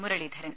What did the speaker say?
Muraleedharan